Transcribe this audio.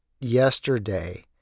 yesterday